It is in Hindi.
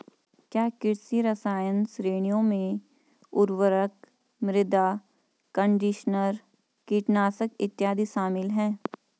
क्या कृषि रसायन श्रेणियों में उर्वरक, मृदा कंडीशनर, कीटनाशक इत्यादि शामिल हैं?